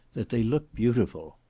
that they look beautiful.